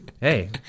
Hey